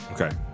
Okay